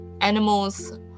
animals